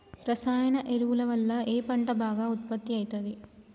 రసాయన ఎరువుల వల్ల ఏ పంట బాగా ఉత్పత్తి అయితది?